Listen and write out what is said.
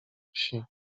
wsi